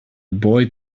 boy